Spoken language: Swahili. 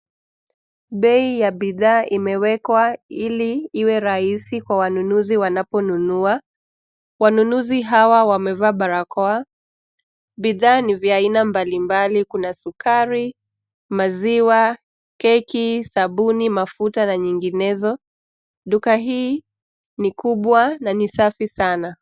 Bei ya bidhaa imewekwa ili iwe rahisi kwa wanunuzi wanaponunua. Wanunuzi hawa wamevaa barakoa. Bidhaa ni vya aina mbalimbali kuna sukari, maziwa, keki, sabuni, mafuta na nyinginezo. Duka hii ni kubwa na ni safi sana.